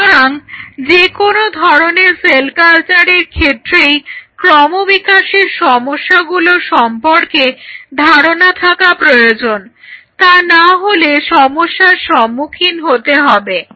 সুতরাং যে কোনো ধরনের সেল কালচারের ক্ষেত্রেই ক্রমবিকাশের সমস্যাগুলো সম্পর্কে ধারণা থাকা প্রয়োজন তা না হলে সমস্যার সম্মুখীন হতে হবে